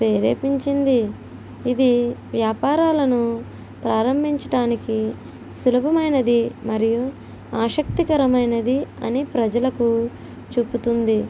ప్రేరేపించింది ఇది వ్యాపారాలను ప్రారంభించడానికి సులభుము అయినది మరియు ఆసక్తికరమైనది అని ప్రజలకు చూపుతుంది